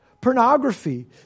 pornography